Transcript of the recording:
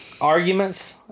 arguments